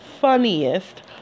funniest